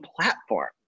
platform